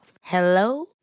Hello